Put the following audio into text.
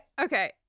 okay